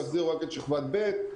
תחזירו רק את שכבת ב'".